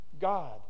God